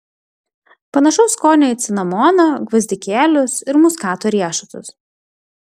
panašaus skonio į cinamoną gvazdikėlius ir muskato riešutus